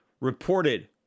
reported